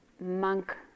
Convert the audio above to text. monk